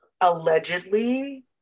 allegedly